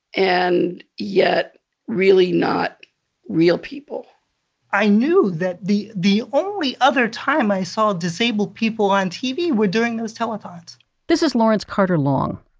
and yet really not real people i knew that the the only other time i saw disabled people on tv were during those telethons this is lawrence carter-long.